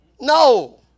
no